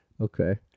Okay